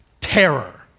terror